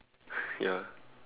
ya